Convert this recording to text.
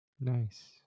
Nice